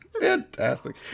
Fantastic